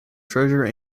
treasure